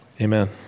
Amen